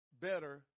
better